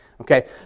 okay